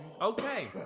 Okay